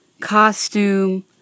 costume